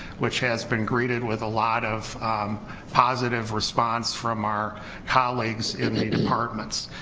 which has been greeted with a lot of positive response from our colleagues in the departments,